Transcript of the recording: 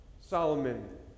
Solomon